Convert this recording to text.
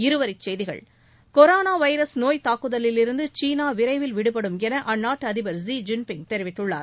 இருவரி செய்திகள் corona virus நோய் தாக்குதலிலுந்து சீனா விரைவில் விடுபடும் என அந்நாட்டு அதிபர் ஸ் ஜின்பிங் தெரிவித்துள்ளார்